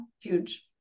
huge